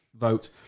vote